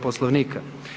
Poslovnika.